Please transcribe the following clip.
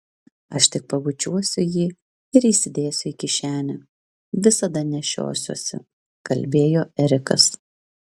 aš tik pabučiuosiu jį ir įsidėsiu į kišenę visada nešiosiuosi kalbėjo erikas